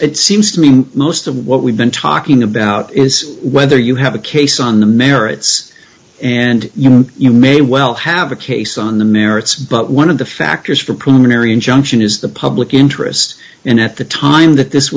it seems to me most of what we've been talking about is whether you have a case on the merits and you know you may well have a case on the merits but one of the factors for a preliminary injunction is the public interest and at the time that this